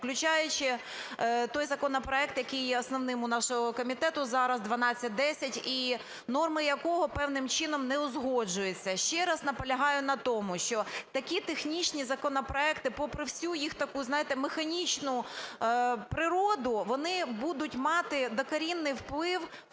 включаючи той законопроект, який є основним у нашого комітету зараз 1210, і норми якого певним чином не узгоджуються. Ще раз наполягаю на тому, що такі технічні законопроекти, попри всю їх таку, знаєте, механічну природу, вони будуть мати докорінний вплив в